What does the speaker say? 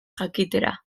jakitera